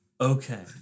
Okay